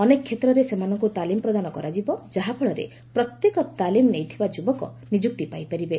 ଅନେକ କ୍ଷେତ୍ରରେ ସେମାନଙ୍କ ତାଲିମ୍ ପ୍ରଦାନ କରାଯିବ ଯାହାଫଳରେ ପ୍ରତ୍ୟେକ ତାଲିମ୍ ନେଇଥିବା ଯୁବକ ନିଯୁକ୍ତି ପାଇପାରିବେ